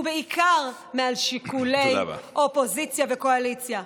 ובעיקר, מעל שיקולי אופוזיציה וקואליציה.